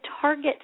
target